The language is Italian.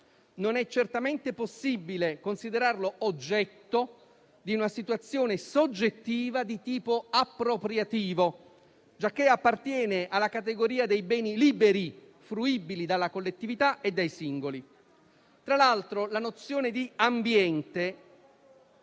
«non è certamente possibile considerarlo oggetto di una situazione soggettiva di tipo appropriativo», giacché appartiene «alla categoria dei beni liberi, fruibili dalla collettività e dai singoli». Tra l'altro, la nozione di ambiente